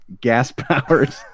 gas-powered